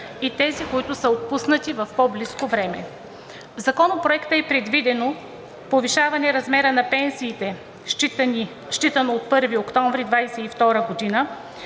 и тези, които са отпуснати в по-близко време. В Законопроекта е предвидено повишаване размера на пенсиите, считано от 1 октомври 2022 г.,